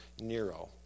Nero